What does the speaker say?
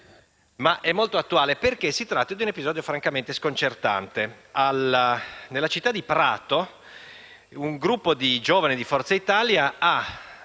e molto attuale, concernente un episodio francamente sconcertante. Nella città di Prato, un gruppo di giovani di Forza Italia ha